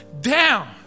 down